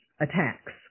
attacks